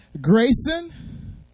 Grayson